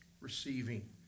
receiving